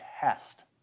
test